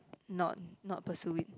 not not pursue it